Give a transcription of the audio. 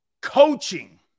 Coaching